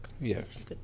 Yes